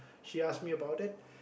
she asked me about it